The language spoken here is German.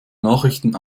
nachrichten